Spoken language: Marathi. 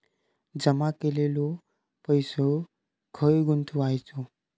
जमा केलेलो पैसो खय गुंतवायचो?